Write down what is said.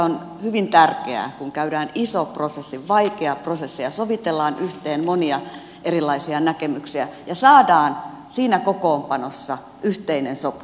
on hyvin tärkeää kun käydään iso prosessi vaikea prosessi ja sovitellaan yhteen monia erilaisia näkemyksiä että saadaan siinä kokoonpanossa yhteinen sopu